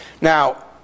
Now